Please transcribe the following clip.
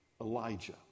Elijah